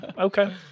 Okay